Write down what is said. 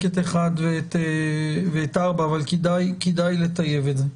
את 1 ואת 4 אבל כדאי לטייב את זה.